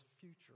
future